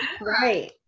Right